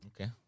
Okay